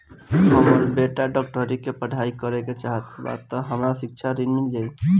हमर बेटा डाक्टरी के पढ़ाई करेके चाहत बा त हमरा शिक्षा ऋण मिल जाई?